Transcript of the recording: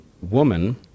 woman